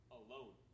alone